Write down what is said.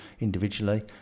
individually